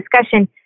discussion